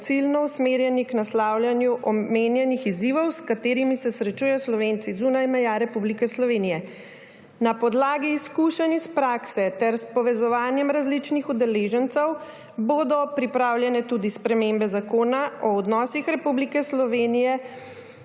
ciljno usmerjeni k naslavljanju omenjenih izzivov, s katerimi se srečujejo Slovenci zunaj meja Republike Slovenije. Na podlagi izkušenj iz prakse ter s povezovanjem različnih udeležencev bodo pripravljene tudi spremembe Zakona o odnosih Republike Slovenije